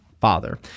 father